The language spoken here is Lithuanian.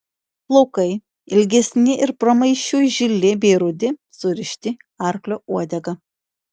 plaukai ilgesni ir pramaišiui žili bei rudi surišti arklio uodega